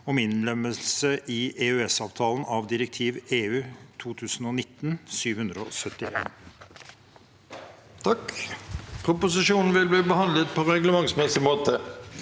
om innlemmelse i EØS-avtalen av direktiv (EU) 2019/771